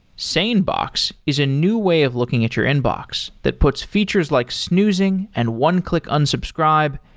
sanebox is a new way of looking at your inbox that puts features like snoozing, and one-click unsubscribe,